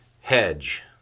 hedge